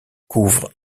couvrent